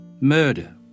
murder